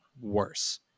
worse